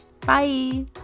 Bye